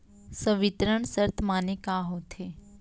संवितरण शर्त माने का होथे?